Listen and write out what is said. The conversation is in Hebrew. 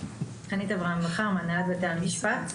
הנהלת בתי המשפט.